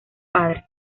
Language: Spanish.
padres